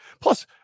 Plus